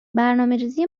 برنامهریزی